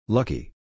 Lucky